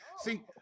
See